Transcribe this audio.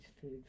food